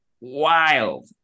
wild